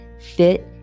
fit